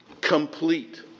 complete